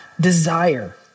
desire